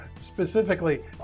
specifically